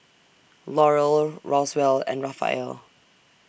Laurel Roswell and Raphael